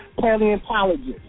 paleontologist